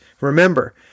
Remember